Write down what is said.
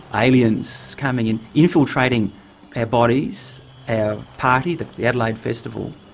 aliens coming in, infiltrating our bodies, our party, the adelaide festival,